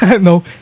No